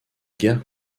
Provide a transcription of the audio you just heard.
guerre